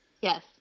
Yes